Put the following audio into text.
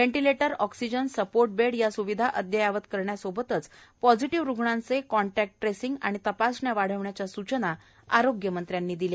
ventilator oxygen support bed या सूविधा अद्ययावत करण्यासोबतच पॉझिटीव्ह रूग्णांचे कॉन्टॅक्ट ट्रेसिंग व तपासण्या वाढविण्याच्या स्चना आरोग्यमंत्र्यांनी दिल्या